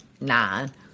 nine